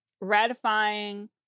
ratifying